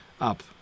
up